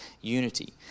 unity